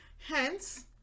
Hence